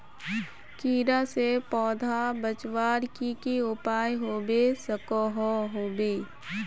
कीड़ा से पौधा बचवार की की उपाय होबे सकोहो होबे?